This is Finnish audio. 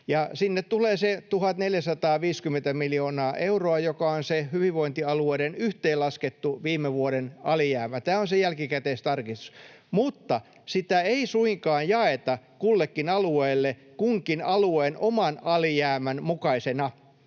Sinne tulee se 1 450 miljoonaa euroa, joka on se hyvinvointialueiden yhteenlaskettu viime vuoden alijäämä. Tämä on se jälkikäteistarkistus. Mutta sitä ei suinkaan jaeta kullekin alueelle kunkin alueen oman alijäämän mukaisena.